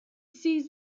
sees